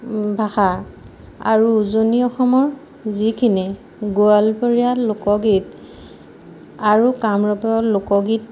ভাষা আৰু উজনি অসমৰ যিখিনি গোৱালপৰীয়া লোকগীত আৰু কামৰূপৰ লোকগীত